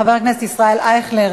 חבר הכנסת ישראל אייכלר,